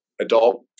adult